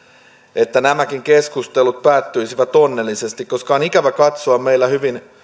että nämäkin keskustelut päättyisivät onnellisesti koska on ikävä katsoa meillä hyvin